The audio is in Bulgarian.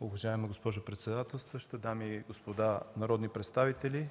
Уважаема госпожо председателстваща, дами и господа народни представители!